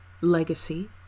Legacy